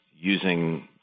using